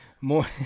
more